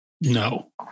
No